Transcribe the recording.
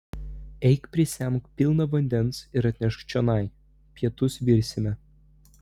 eik prisemk pilną vandens ir atnešk čionai pietus virsime